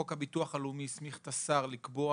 חוק הביטוח הלאומי הסמיך את השר לקבוע